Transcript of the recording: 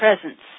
presence